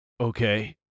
Okay